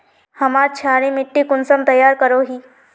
हमार क्षारी मिट्टी कुंसम तैयार करोही?